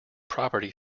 property